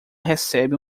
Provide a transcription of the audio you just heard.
recebe